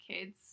kids